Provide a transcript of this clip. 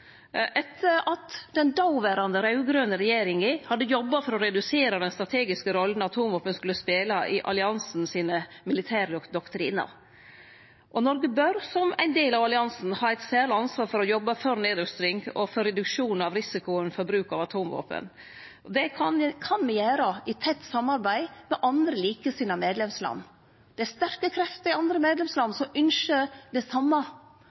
etter at den dåverande raud-grøne regjeringa hadde jobba for å redusere den strategiske rolla atomvåpen skulle spele i dei militære doktrinane til alliansen. Noreg bør, som ein del av alliansen, ha eit særleg ansvar for å jobbe for nedrusting og for reduksjon av risikoen for bruk av atomvåpen. Det kan me gjere i tett samarbeid med andre, likesinna medlemsland. Det er sterke krefter i andre medlemsland som ynskjer det same,